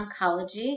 oncology